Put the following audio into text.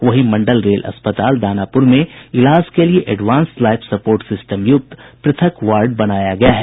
वहीं मंडल रेल अस्पताल दानापुर में इलाज के लिये एडवांस लाईफ सपोर्ट सिस्टम यूक्त पृथक वार्ड बनाया गया है